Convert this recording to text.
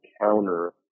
counter